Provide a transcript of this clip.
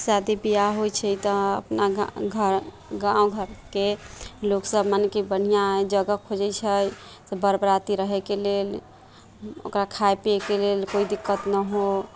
शादी बिआह होइत छै तऽ अपना गा घर गाँव घरके लोक सभ मने कि बढ़िआँ जगह खोजैत छै बर बराती रहैके लेल ओकरा खाइ पियैके कोइ दिक्कत नहि हो